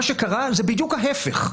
מה שקרה זה בדיוק ההפך.